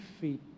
feet